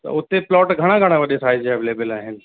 त हुते प्लोट घणां घणां वॾे साइज जा अवेलेविल आहिनि